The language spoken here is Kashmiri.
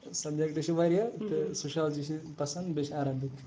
سَبجَکٹ چھِ واریاہ تہٕ سوشالجی چھِ پَسَنٛد بیٚیہِ چھِ عرَبِک